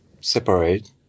separate